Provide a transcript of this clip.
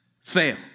fail